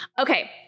Okay